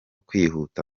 kwihuta